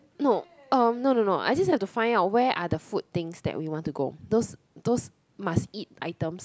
no um no no no I just have to find out where are the food things that we want to go those those must eat items